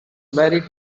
very